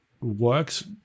works